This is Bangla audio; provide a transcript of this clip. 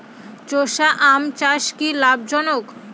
চোষা আম চাষ কি লাভজনক?